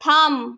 থাম